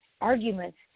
arguments